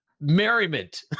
merriment